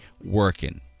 working